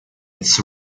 its